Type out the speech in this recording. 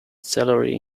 salary